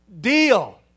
deal